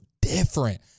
different